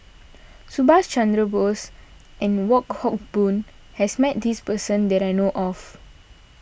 Subhas Chandra Bose and Wong Hock Boon has met this person that I know of